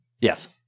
yes